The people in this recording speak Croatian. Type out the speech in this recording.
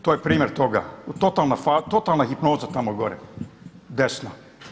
Evo to je primjer toga, totalna hipnoza tamo gore desno.